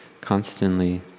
constantly